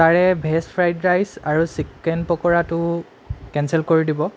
তাৰে veg fried rice আৰু চিকেন পকোৰাটো কেঞ্চেল কৰি দিব